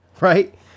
Right